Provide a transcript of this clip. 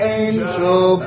angel